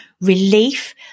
Relief